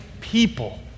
people